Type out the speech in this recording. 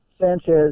Sanchez